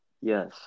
Yes